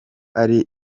ari